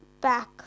back